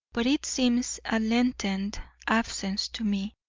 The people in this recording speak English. but it seems a lengthened absence to me,